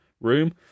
room